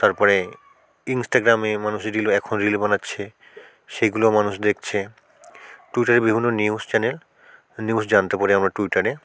তারপরে ইনস্টাগ্রামে মানুষ রিলও এখন রিল বানাছে সেগুলো মানুষ দেখছে প্রচারে বিভিন্ন নিউজ চ্যানেল নিউজ জানতে পারি আমরা টুইটারে